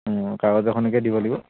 কাগজ এখনকে দিব লাগিব